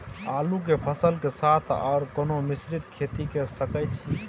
आलू के फसल के साथ आर कोनो मिश्रित खेती के सकैछि?